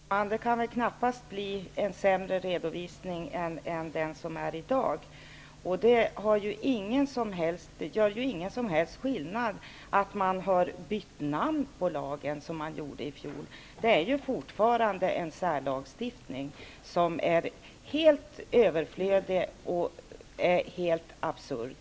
Herr talman! Det kan väl knappast bli en sämre redovisning än i dag. Det gör ingen skillnad att man har bytt namn på lagen, som man gjorde i fjol. Det är fortfarande en särlagstiftning som är helt överflödig och helt absurd.